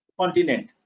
continent